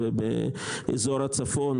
ובאזור הצפון,